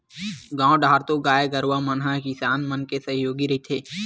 गाँव डाहर तो गाय गरुवा मन ह किसान मन के सहयोगी रहिथे